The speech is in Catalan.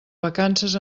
vacances